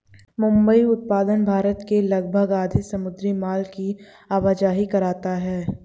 मुंबई पत्तन भारत के लगभग आधे समुद्री माल की आवाजाही करता है